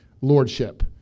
Lordship